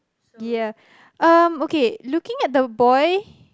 ya um okay looking at the boy